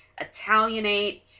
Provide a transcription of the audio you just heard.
Italianate